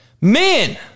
men